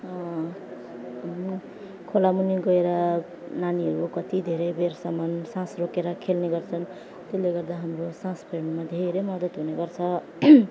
अनि खोलामुनि गएर नानीहरूले कति धेरै बेरसम्म सास रोकेर खेल्ने गर्छन् त्यसले गर्दा हाम्रो सास फेर्नुमा धेरै मदत हुने गर्छ